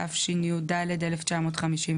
התשי"ד-1954,